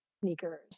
sneakers